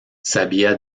sabía